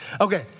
Okay